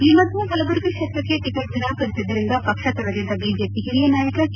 ಈ ಮಧ್ವೆ ಕಲಬುರಗಿ ಕ್ಷೇತ್ರಕ್ಕೆ ಟಿಕೆಟ್ ನಿರಾಕರಿಸಿದ್ದರಿಂದ ಪಕ್ಷ ತೊರೆದಿದ್ದ ಬಿಜೆಪಿ ಹಿರಿಯ ನಾಯಕ ಕೆ